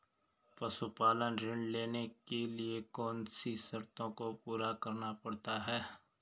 पशुपालन ऋण लेने के लिए कौन सी शर्तों को पूरा करना पड़ता है?